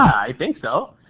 i think so.